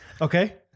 Okay